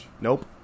Nope